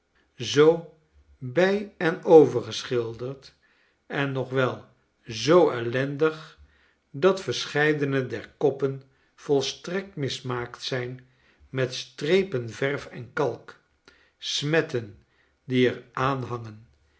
zoo bij en overgeschilderd en nog wel zoo ellendig dat verscheidene der koppen volstrekt mismaakt zijn met strepen verf en kalk smetten die er aanhangen